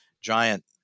giant